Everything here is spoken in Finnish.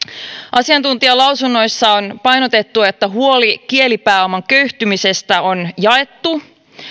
asiantuntijalausunnoissa on painotettu että huoli kielipääoman köyhtymisestä on jaettu